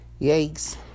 yikes